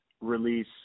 release